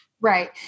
Right